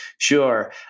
Sure